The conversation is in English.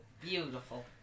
Beautiful